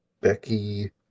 Becky